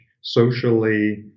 socially